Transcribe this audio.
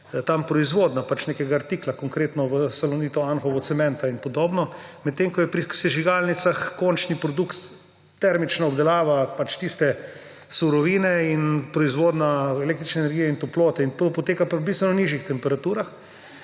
tam proizvodnja pač nekega artikla, konkretno v Salonitu Anhovo cementa in podobno, medtem ko je pri sežigalnicah končni produkt termična obdelava pač tiste surovine in proizvodnja električne energije in toplote. In to poteka pri bistveno nižjih temperaturah,